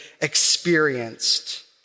experienced